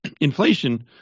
inflation